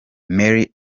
mary